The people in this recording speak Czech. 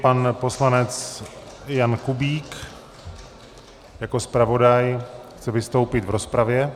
Pan poslanec Jan Kubík jako zpravodaj chce vystoupit v rozpravě.